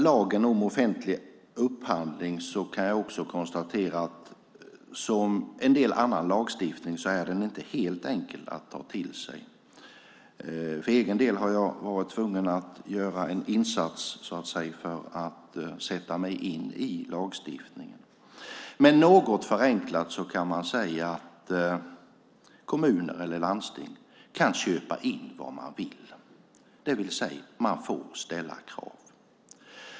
Lagen om offentlig upphandling är, kan jag konstatera, som en del annan lagstiftning inte helt enkel att ta till sig. För egen del har jag varit tvungen att så att säga göra en insats för att sätta mig in i den lagstiftningen. Något förenklat kan man säga att kommuner eller landsting kan köpa in vad de vill, det vill säga att man får ställa krav.